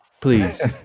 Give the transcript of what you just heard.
Please